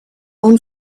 own